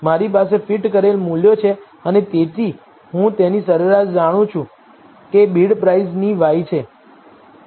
મારી પાસે ફીટ કરેલા મૂલ્યો છે અને હું તેની સરેરાશ જાણું છું કે બિડપ્રાઇસની y છે